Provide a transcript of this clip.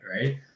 right